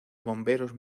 bomberos